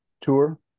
tour